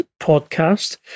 podcast